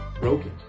broken